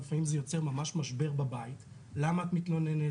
אבל לפעמים זה יוצר ממש משבר בבית למה את מתלוננת,